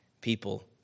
people